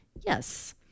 yes